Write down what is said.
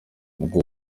ubwo